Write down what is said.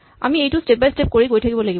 আমি এইটো step by step কৰি গৈ থাকিব লাগিব